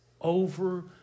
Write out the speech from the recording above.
over